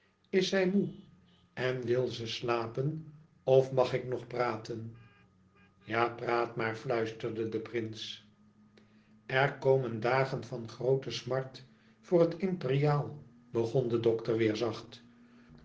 is zij moê en wil ze slapen of mag ik nog praten ja praat maar fluisterde de prins er komen dagen van groote smart voor het imperiaal begon de dokter weêr zacht